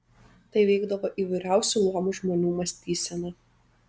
tai veikdavo įvairiausių luomų žmonių mąstyseną